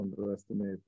underestimate